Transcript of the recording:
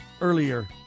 earlier